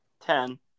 Ten